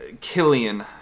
Killian